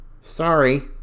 Sorry